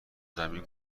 زمین